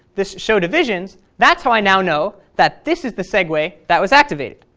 this showdivisions, that's how i now know that this is the segue that was activated.